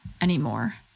anymore